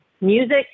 music